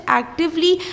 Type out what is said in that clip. actively